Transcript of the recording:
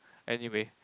anyway